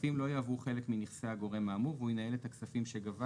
הכספים לא יהוו חלק מנכסי הגורם האמור והוא ינהל את הכספים שגבה